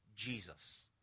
jesus